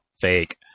fake